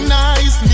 nice